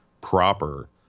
proper